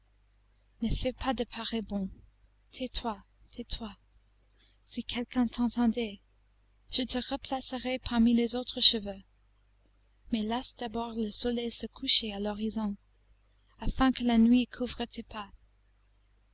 ne fais pas de pareils bonds tais-toi tais-toi si quelqu'un t'entendait je te replacerai parmi les autres cheveux mais laisse d'abord le soleil se coucher à l'horizon afin que la nuit couvre tes pas